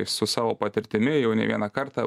su savo patirtimi jau ne vieną kartą